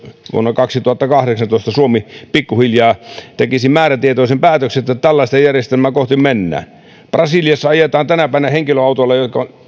vuonna kaksituhattakahdeksantoista suomi pikkuhiljaa tekisi määrätietoisen päätöksen että tällaista järjestelmää kohti mennään brasiliassa ajetaan tänä päivänä henkilöautoilla jotka ovat